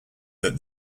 that